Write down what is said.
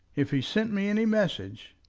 if he sent me any message,